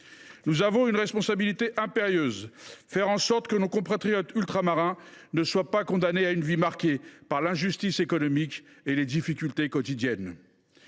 Nous avons une responsabilité impérieuse : faire en sorte que nos compatriotes ultramarins ne soient pas condamnés à une vie marquée par l’injustice économique et les difficultés quotidiennes.